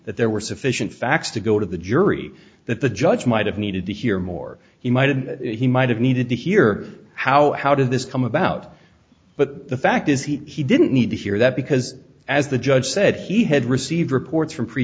that there were sufficient facts to go to the jury that the judge might have needed to hear more he might have he might have needed to hear how how did this come about but the fact is he didn't need to hear that because as the judge said he had received reports from